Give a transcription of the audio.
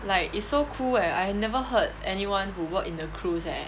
like it's so cool leh I never heard anyone who work in the cruise eh